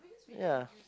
yeah